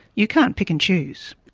you can't pick and choose.